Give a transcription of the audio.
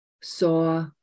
saw